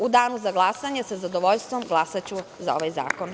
U danu za glasanje, sa zadovoljstvom, glasaću za ovaj zakon.